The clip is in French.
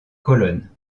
cologne